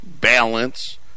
balance